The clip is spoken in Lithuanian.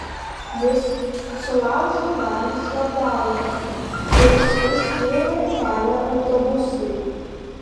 jis sulaužė dalį šlagbaumo kuris užtvėrė kelią autobusui